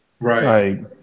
Right